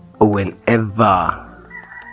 Whenever